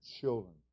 children